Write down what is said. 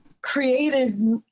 created